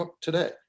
today